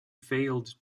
failed